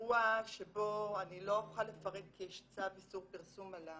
אירוע שבו אני לא אוכל לפרט כי יש צו איסור פרסום על הסיפור,